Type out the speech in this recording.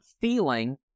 feeling